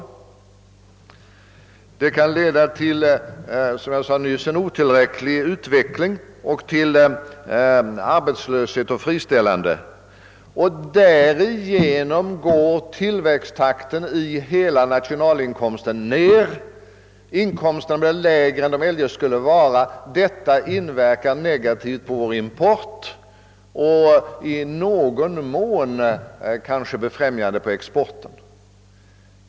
Den kan också, såsom jag nyss framhöll, leda till en otillräcklig utveckling samt till arbetslöshet och friställningar. Därigenom minskar tillväxttakten för hela nationalinkomsten. Denna blir lägre än den eljest skulle vara, vilket inverkar negativt på vår import och kanske i någon mån tillfälligt befrämjande på exporten.